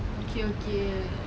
not giving credit ah